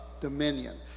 dominion